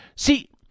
See